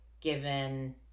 given